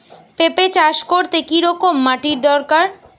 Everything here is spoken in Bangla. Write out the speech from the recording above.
পেঁপে চাষ করতে কি রকম মাটির দরকার?